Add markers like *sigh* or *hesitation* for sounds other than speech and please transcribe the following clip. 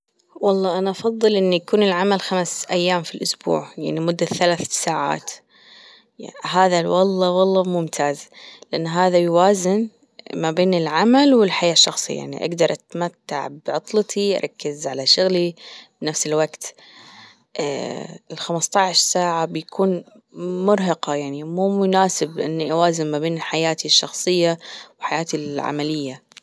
والله أنا أفضل أن يكون العمل خمس أيام في الأسبوع يعني مدة ثلاث ساعات هذا والله والله ممتاز لأن هذا يوازن ما بين العمل والحياة الشخصية يعني أقدر أتمتع بعطلتي أركز على شغلي بنفس الوقت *hesitation* الخمسطاش ساعة بيكون مرهقة يعني مو مناسب *noise* إني أوازن ما بين حياتي الشخصية وحياتي العملية.